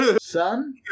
Son